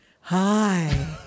Hi